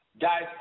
Guys